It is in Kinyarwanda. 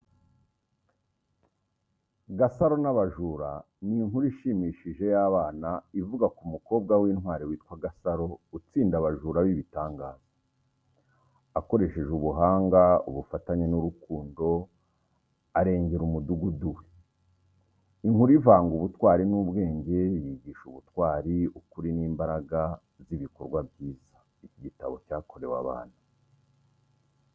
Gasaro n’Abajura ni inkuru ishimishije y’abana ivuga ku mukobwa w’intwari witwa Gasaro utsinda abajura b’ibitangaza. Akoresheje ubuhanga, ubufatanye n’urukundo, arengera umudugudu we. Inkuru ivanga ubutwari n’ubwenge, yigisha ubutwari, ukuri, n’imbaraga z’ibikorwa byiza. Iki gitabo cyakorewe abana.